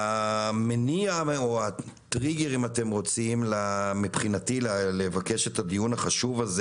המניע או הטריגר מבחינתי לבקש את הדיון החשוב הזה